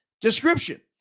description